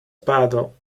puddle